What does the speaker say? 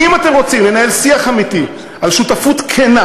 אם אתם רוצים לנהל שיח אמיתי על שותפות כנה